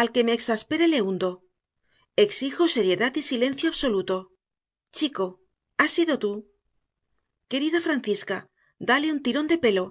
al que me exaspere le hundo exijo seriedad y silencio absoluto chico has sido tú querida francisca dale un tirón de pelo